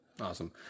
Awesome